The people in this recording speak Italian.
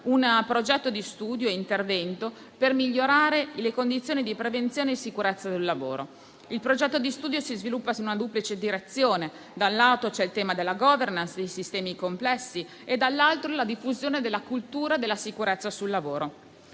un progetto di studio e intervento per migliorare le condizioni di prevenzione e sicurezza sul lavoro. Il progetto di studio si sviluppa in una duplice direzione: da un lato, c'è il tema della *governance* dei sistemi complessi e, dall'altro, quello della diffusione della cultura della sicurezza sul lavoro,